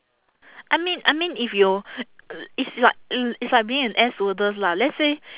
I mean I mean if you it's like l~ it's like being an air stewardess lah let's say